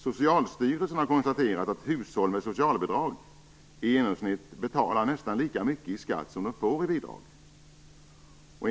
Socialstyrelsen har konstaterat att hushåll med socialbidrag i genomsnitt betalar nästan lika mycket skatt som de får i socialbidrag.